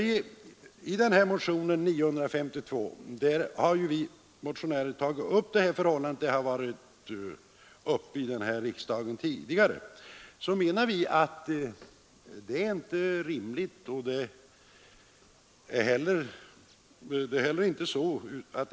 Vi har väckt motionen 952 i denna fråga — en fråga som tidigare har behandlats i riksdagen — därför att vi anser att detta förhållande inte är rimligt.